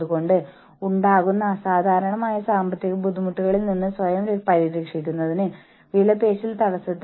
കൂടാതെ ഒരു യൂണിയനിൽ ചേരാൻ അവർ ആഗ്രഹിക്കുന്നില്ല അവർക്ക് അതിന്റെ ആവശ്യം തോന്നുന്നില്ല